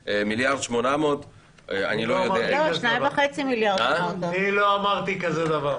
ל-1.8 מיליארד -- אני לא אמרתי כזה דבר.